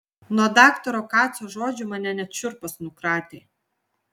nuo daktaro kaco žodžių mane net šiurpas nukratė